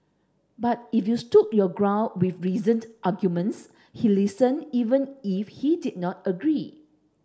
but if you stood your ground with reasoned arguments he listen even if he did not agree